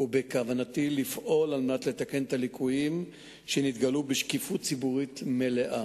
ובכוונתי לפעול לתקן את הליקויים שנתגלו בשקיפות ציבורית מלאה.